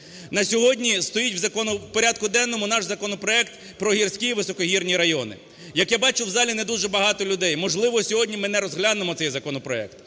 На сьогодні стоїть в порядку денному наш законопроект про гірські і високогірні райони. Як я бачу, в залі не дуже багато людей, можливо, сьогодні ми не розглянемо цей законопроект.